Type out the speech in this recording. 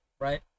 right